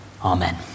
amen